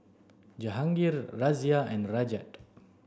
Jehangirr Razia and Rajat